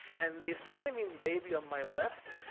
and this screaming baby on my left,